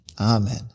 Amen